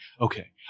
okay